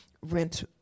rent